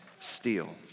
steal